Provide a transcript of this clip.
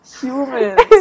Humans